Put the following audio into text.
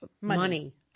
Money